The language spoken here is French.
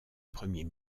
premier